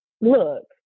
look